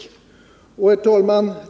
Herr talman!